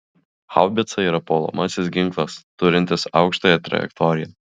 haubica yra puolamasis ginklas turintis aukštąją trajektoriją